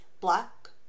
Black